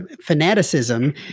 fanaticism